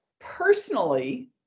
personally